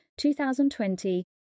2020